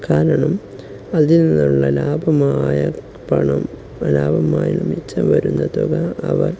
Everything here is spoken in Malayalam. കാരണം അതിന്നുള്ള ലാഭമായ പണം ലാഭമായും മിച്ചം വരുന്ന തുക അവർ